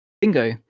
Bingo